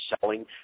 selling